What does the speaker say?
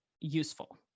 useful